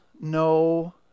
no